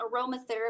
aromatherapy